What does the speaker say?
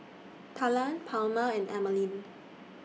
Talan Palma and Emeline